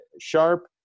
Sharp